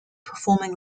performing